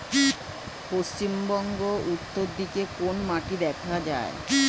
পশ্চিমবঙ্গ উত্তর দিকে কোন মাটি দেখা যায়?